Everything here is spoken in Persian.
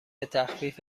تخفیف